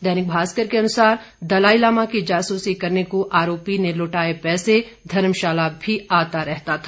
दैनिक भास्कर के अनुसार दलाई लामा की जासूसी करने को आरोपी ने लुटाए पैसे धर्मशाला भी आता रहता था